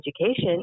education